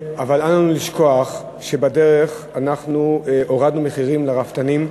אבל אל לנו לשכוח שבדרך הורדנו מחירים לרפתנים,